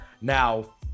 Now